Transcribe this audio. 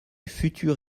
futur